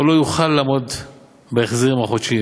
או לא יוכל לעמוד בהחזרים החודשיים.